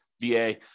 VA